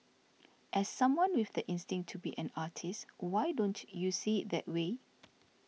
as someone with the instinct to be an artist why don't you see it that way